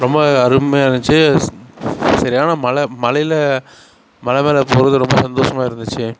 ரொம்ப அருமையாக இருந்துச்சி சரியான மழை மழையில் மலை மேலே போகிறது ரொம்ப சந்தோஷமாக இருந்துச்சு